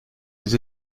les